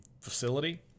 facility